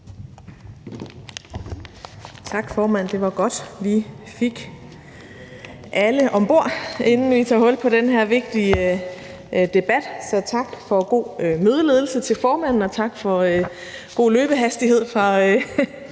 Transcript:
Tak, formand. Det var godt, vi fik alle om bord, inden vi tager hul på den her vigtige debat. Så tak for god mødeledelse til formanden, og tak for god løbehastighed hos